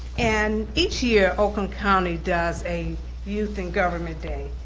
and each year, oakland county does a youth and government day.